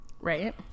Right